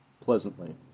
pleasantly